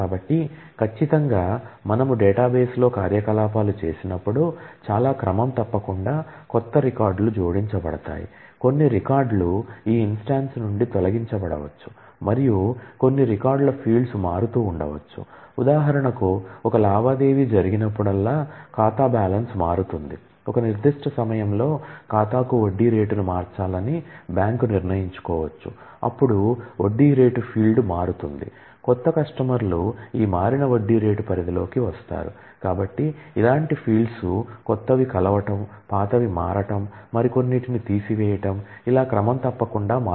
కాబట్టి ఖచ్చితంగా మనము డేటాబేస్ లో కార్యకలాపాలు చేసినప్పుడు చాలా క్రమం తప్పకుండా క్రొత్త రికార్డులు జోడించబడతాయి కొన్ని రికార్డులు ఈ ఇన్స్టన్స్ మారదు